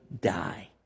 die